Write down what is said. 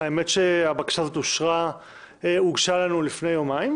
האמת היא שהבקשה הזו הוגשה לנו לפני יומיים,